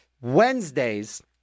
Wednesdays